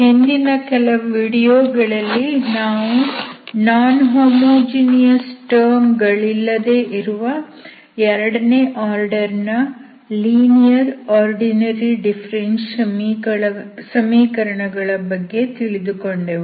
ಹಿಂದಿನ ಕೆಲವು ವಿಡಿಯೋಗಳಲ್ಲಿ ನಾವು ನಾನ್ ಹೋಮೋಜಿನಿಯಸ್ ಟರ್ಮ್ ಗಳಿಲ್ಲದೆ ಇರುವ ಎರಡನೇ ಆರ್ಡರ್ ನ ಲೀನಿಯರ್ ಆರ್ಡಿನರಿ ಡಿಫರೆನ್ಷಿಯಲ್ ಸಮೀಕರಣ ಗಳ ಬಗ್ಗೆ ತಿಳಿದುಕೊಂಡೆವು